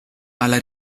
alla